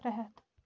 ترٛےٚ ہتھ